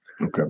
Okay